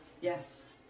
Yes